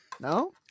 No